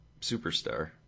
superstar